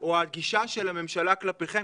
או על הגישה של הממשלה כלפיכם,